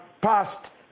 passed